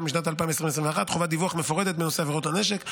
משנת 2021 חובת דיווח מפורטת בנושא עבירות הנשק.